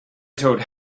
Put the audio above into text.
told